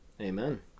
Amen